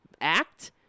act